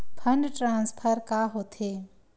Fund transfer का होथे?